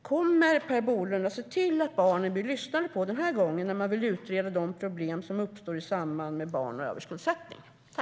Kommer Per Bolund att se till att man lyssnar på barnen den här gången när man vill utreda de problem som uppstår i samband med barn och överskuldsättning?